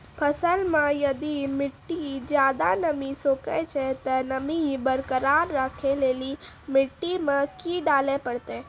फसल मे यदि मिट्टी ज्यादा नमी सोखे छै ते नमी बरकरार रखे लेली मिट्टी मे की डाले परतै?